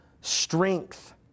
strength